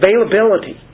availability